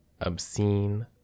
obscene